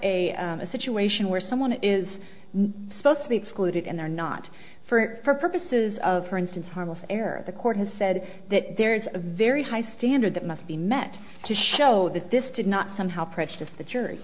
a situation where someone is supposed to be excluded and they're not for purposes of for instance harmless error the court has said that there is a very high standard that must be met to show that this did not somehow prejudice the jury